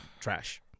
trash